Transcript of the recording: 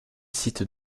site